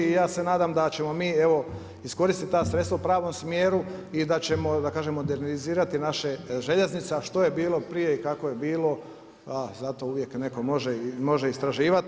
I ja se nadam da ćemo mi evo iskoristiti ta sredstva u pravom smjeru i da ćemo da kažem modernizirati naše željeznice a što je bilo prije i kako je bilo a zato uvijek netko može istraživati.